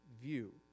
view